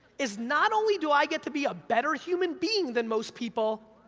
is not only do i get to be a better human being than most people,